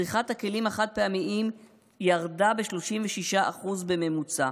צריכת הכלים החד-פעמיים ירדה ב-26% בממוצע.